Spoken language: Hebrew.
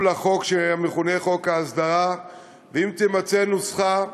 אינני יודע אם יחול החוק שמכונה חוק ההסדרה ואם תימצא נוסחה,